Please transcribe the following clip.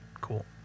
Cool